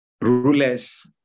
rulers